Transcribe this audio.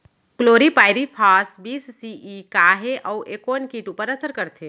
Chlorpyrifos बीस CE का हे अऊ ए कोन किट ऊपर असर करथे?